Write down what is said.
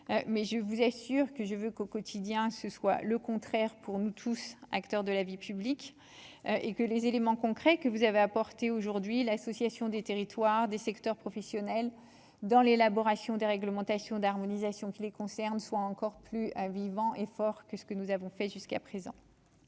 mais je vous assure que je veux qu'au quotidien, ce soit le contraire, pour nous tous, acteurs de la vie publique et que les éléments concrets que vous avez apporté aujourd'hui l'association des territoires, des secteurs professionnels dans l'élaboration de réglementation, d'harmonisation qui les concernent soit encore plus vivant et fort que ce que nous avons fait jusqu'à présent.